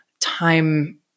time